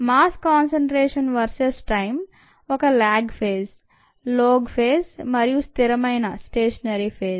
mass concentration versus time ఒక lag phase log phase మరియు స్థిరమైనస్టేషనరీ ఫేజ్